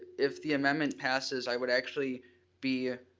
if the amendment passes, i would actually be,